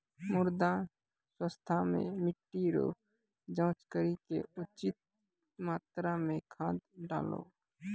मृदा स्वास्थ्य मे मिट्टी रो जाँच करी के उचित मात्रा मे खाद डालहो